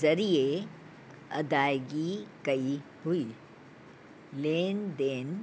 ज़रिए अदाइगी कई हुई लेनदेन